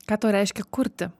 ką tau reiškia kurti